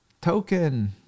token